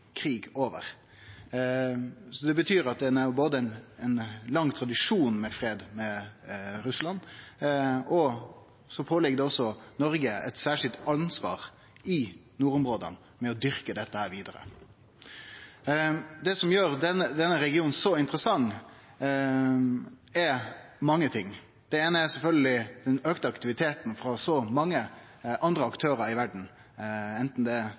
krig for. Det betyr at ein har ein lang tradisjon når det gjeld fred med Russland. Så har òg Noreg eit særskilt ansvar i nordområda for å dyrke dette vidare. Det som gjer denne regionen så interessant, er mange ting. Det eine er sjølvsagt den auka aktiviteten frå mange andre aktørar i verda – anten det er